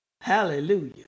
Hallelujah